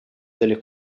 delle